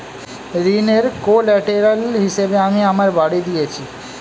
ঋনের কোল্যাটেরাল হিসেবে আমি আমার বাড়ি দিয়েছি